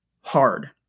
hard